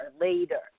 later